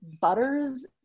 butters